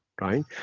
right